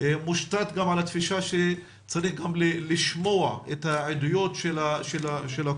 מושתת גם על התפיסה שצריך גם לשמוע את העדויות של הקרבנות,